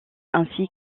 ainsi